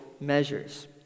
measures